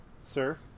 sir